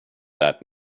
that